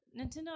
Nintendo